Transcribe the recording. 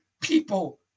people